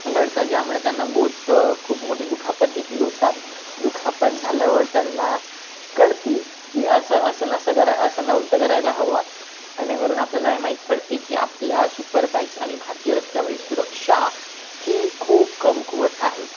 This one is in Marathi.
घडतात ज्यामुळे त्यांना बहुत खूप मोठी दुखापत देखील होतात दुखापत झाल्यावर त्यांना कळते की असं असं नसं करा असं नव्हतं करायला हवं याने करून आपल्याला माहीत पडते की आपल्या सुपरबाईक्स आणि भारतीय रस्त्यावरील सुरक्षा ही खूप कमकुवत आहे